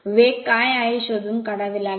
वेग काय आहे ते शोधून काढावे लागेल